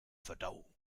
verdauung